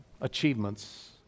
achievements